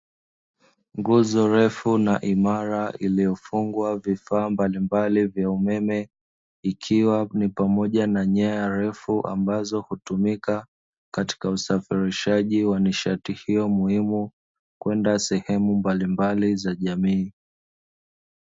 Nguzo refu na imara, iliyofungwa vifaa mbalimbali vya umeme, ikiwa ni pamoja na nyaya refu, ambazo hutumika katika usafirishaji wa nishati hiyo muhimu, kwenda sehemu mbalimbali za jamii.